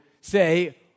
say